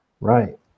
Right